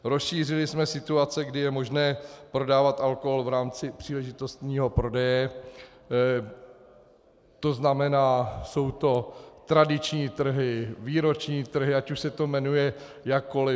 Rozšířili jsme situace, kdy je možné prodávat alkohol v rámci příležitostného prodeje, to znamená jsou to tradiční trhy, výroční trhy, ať už se to jmenuje jakkoli.